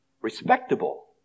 respectable